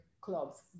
clubs